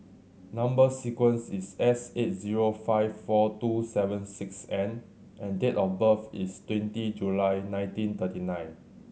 number sequence is S eight zero five four two seven six N and date of birth is twenty July nineteen thirty nine